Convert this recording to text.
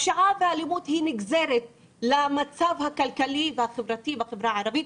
הפשיעה והאלימות היא נגזרת מהמצב הכלכלי והחברתי בחברה הערבית,